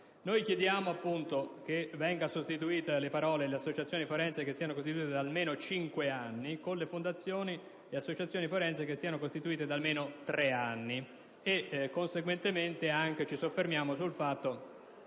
Chiediamo che vengano sostituite le parole «le associazioni forensi che siano costituite da almeno cinque anni» con le parole «le fondazioni e le associazioni forensi che siano costituite da almeno tre anni». Conseguentemente, ci soffermiamo anche